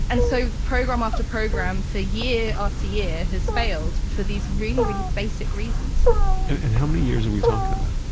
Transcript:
and so program after program for year after year has failed for these really, really basic reasons and how many years are we talking about?